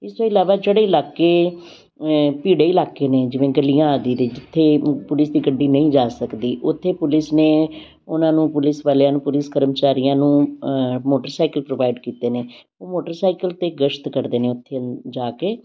ਇਸ ਤੋਂ ਇਲਾਵਾ ਜਿਹੜੇ ਇਲਾਕੇ ਭੀੜੇ ਇਲਾਕੇ ਨੇ ਜਿਵੇਂ ਗਲੀਆਂ ਆਦਿ ਦੇ ਜਿੱਥੇ ਪੁਲਿਸ ਦੀ ਗੱਡੀ ਨਹੀਂ ਜਾ ਸਕਦੀ ਉੱਥੇ ਪੁਲਿਸ ਨੇ ਉਹਨਾਂ ਨੂੰ ਪੁਲਿਸ ਵਾਲਿਆਂ ਨੂੰ ਪੁਲਿਸ ਕਰਮਚਾਰੀਆਂ ਨੂੰ ਮੋਟਰਸਾਈਕਲ ਪ੍ਰੋਵਾਈਡ ਕੀਤੇ ਨੇ ਉਹ ਮੋਟਰਸਾਈਕਲ 'ਤੇ ਗਸ਼ਤ ਕਰਦੇ ਨੇ ਉੱਥੇ ਜਾ ਕੇ